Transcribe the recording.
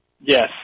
Yes